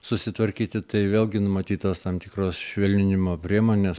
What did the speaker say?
susitvarkyti tai vėlgi numatytos tam tikros švelninimo priemonės